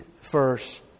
first